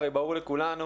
הרי ברור לכולנו,